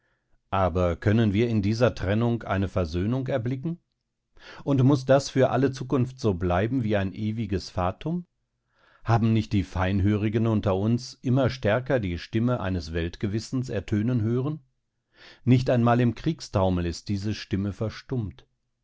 aber können wir in dieser trennung eine versöhnung erblicken und muß das für alle zukunft so bleiben wie ein ewiges fatum haben nicht die feinhörigen unter uns immer stärker die stimme eines weltgewissens ertönen hören nicht einmal im kriegstaumel ist diese stimme verstummt